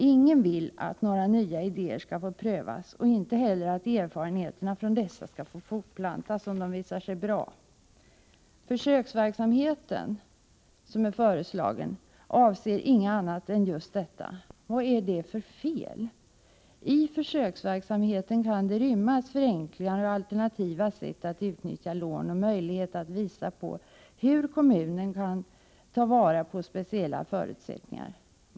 Ingen vill att några nya idéer skall få prövas och inte heller att erfarenheterna från dessa skall få fortplantas om de visar sig bra. Den föreslagna försöksverksamheten avser inget annat än just detta. Varför är det fel? I försöksverksamheten kan det rymmas förenklingar och alternativa sätt att utnyttja lån och möjlighet att visa hur kommunen kan ta vara på speciella förutsättningar.